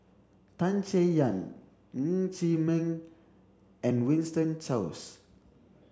Tan Chay Yan Ng Chee Meng and Winston Choos